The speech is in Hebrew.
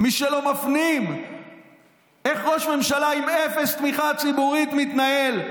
ומי שלא מפנים איך ראש ממשלה עם אפס תמיכה ציבורית מתנהל,